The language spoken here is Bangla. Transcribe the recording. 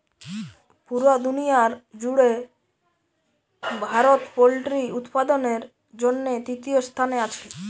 পুরা দুনিয়ার জুড়ে ভারত পোল্ট্রি উৎপাদনের জন্যে তৃতীয় স্থানে আছে